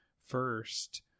first